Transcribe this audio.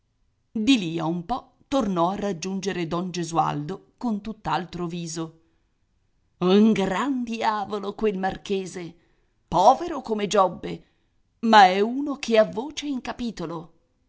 lì a un po tornò a raggiungere don gesualdo con tutt'altro viso un gran diavolo quel marchese povero come giobbe ma è uno che ha voce in capitolo